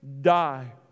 die